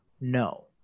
No